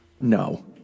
No